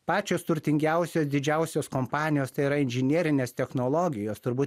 pačios turtingiausios didžiausios kompanijos tai yra inžinerinės technologijos turbūt